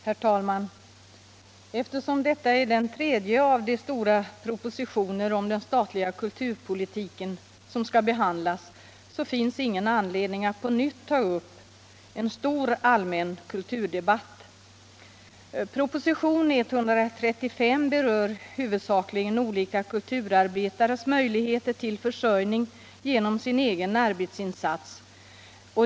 Herr talman! Eftersom detta är den tredje av de stora propositioner om den statliga kulturpolitiken som skall behandlas, finns ingen anledning att på nytt ta upp en vid allmän kulturdebatt. Propositionen 135 berör huvudsakligen olika kulturarbetares möjligheter till försörjning genom sin egen arbetsinsats.